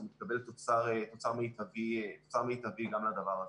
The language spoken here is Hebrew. אז מתקבל תוצר מיטבי גם לדבר הזה.